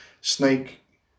Snake